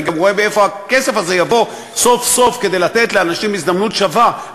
אני גם רואה מאיפה הכסף הזה יבוא סוף-סוף כדי לתת לאנשים הזדמנות שווה.